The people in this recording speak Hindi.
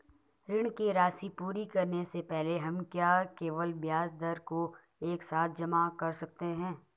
ऋण की राशि पूरी करने से पहले हम क्या केवल ब्याज दर को एक साथ जमा कर सकते हैं?